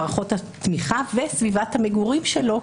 מערכות התמיכה וסביבת המגורים שלו,